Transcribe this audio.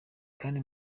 kandi